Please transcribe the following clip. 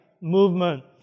movement